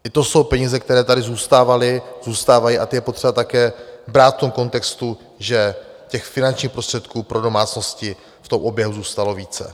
I to jsou peníze, které tady zůstávaly, zůstávají, a ty je potřeba také brát v tom kontextu, že těch finančních prostředků pro domácnosti v tom objemu zůstalo více.